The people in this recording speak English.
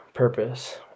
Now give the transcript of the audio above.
Purpose